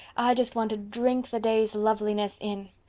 just want to drink the day's loveliness in.